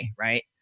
Right